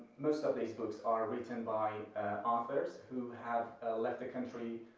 most of these books are written by authors who have left the country,